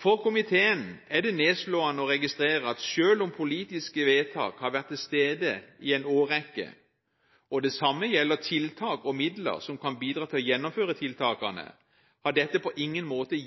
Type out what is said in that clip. For komiteen er det nedslående å registrere at selv om politiske vedtak har vært til stede i en årrekke, og det samme gjelder tiltak og virkemidler som kan bidra til å gjennomføre tiltakene, har dette på ingen måte